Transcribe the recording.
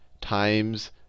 times